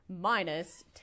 minus